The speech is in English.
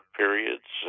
periods